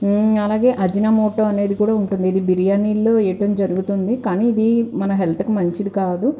అలాగే Ajinomoto అనేది కూడా ఉంటుంది ఇది బిర్యానీల్లో ఏయటం జరుగుతుంది కానీ ఇది మన హెల్త్కి మంచిది కాదు